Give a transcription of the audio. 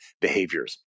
behaviors